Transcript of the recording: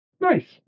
Nice